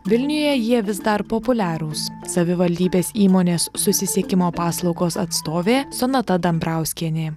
vilniuje jie vis dar populiarūs savivaldybės įmonės susisiekimo paslaugos atstovė sonata dambrauskienė